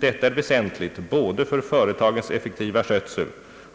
Detta är väsentligt både för företagens effektiva skötsel